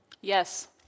Yes